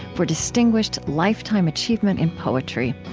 for distinguished lifetime achievement in poetry.